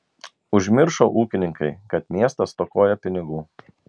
užmiršo ūkininkai kad miestas stokoja pinigų